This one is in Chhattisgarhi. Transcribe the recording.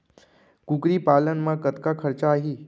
कुकरी पालन म कतका खरचा आही?